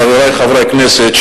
חברי חברי הכנסת,